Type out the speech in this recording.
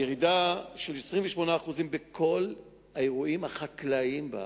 ירידה של 28% בכל האירועים החקלאיים בארץ,